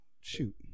shoot